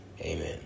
Amen